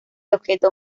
objeto